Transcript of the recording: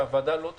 שהוועדה לא תסכים,